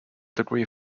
degree